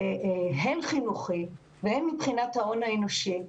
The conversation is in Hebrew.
הן חינוכי והן מבחינת ההון האנושי,